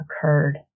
occurred